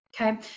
okay